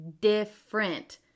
different